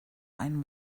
einen